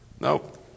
Nope